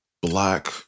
Black